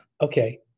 Okay